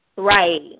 Right